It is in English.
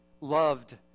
loved